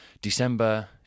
December